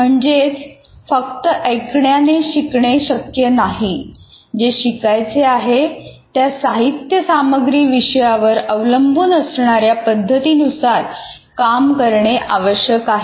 म्हणजेच फक्त ऐकण्याने शिकणे शक्य नाही जे शिकायचे आहे त्या साहित्य सामग्रीवर विषयावर अवलंबून असणाऱ्या पद्धतीनुसार काम करणे आवश्यक आहे